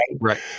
Right